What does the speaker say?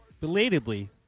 belatedly